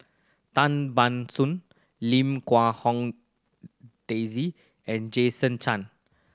Tan Ban Soon Lim Quee Hong Daisy and Jason Chan